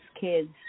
kids